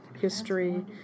history